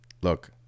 look